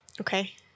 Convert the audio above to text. Okay